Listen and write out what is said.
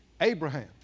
Abraham